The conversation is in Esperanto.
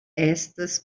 estas